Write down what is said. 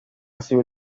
civil